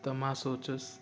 त मां सोचियसि